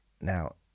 Now